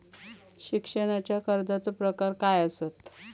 शिक्षणाच्या कर्जाचो प्रकार काय आसत?